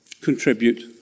contribute